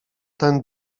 ten